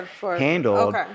handled